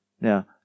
Now